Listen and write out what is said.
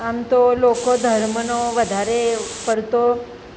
આમ તો લોકો ધર્મનો વધારે પડતો